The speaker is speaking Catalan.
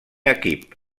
equip